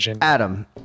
Adam